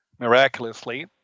Miraculously